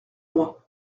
moi